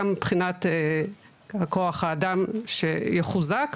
גם מבחינת כוח האדם שיחוזק,